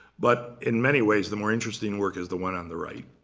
but in many ways, the more interesting work is the one on the right.